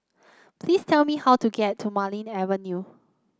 please tell me how to get to Marlene Avenue